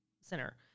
Center